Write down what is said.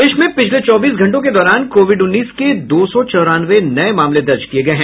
प्रदेश में पिछले चौबीस घंटों के दौरान कोविड उन्नीस के दो सौ चौरानवे नये मामले दर्ज किये गये हैं